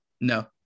no